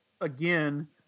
again